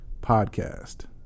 Podcast